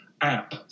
app